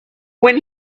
when